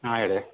ಹಾಂ ಹೇಳಿ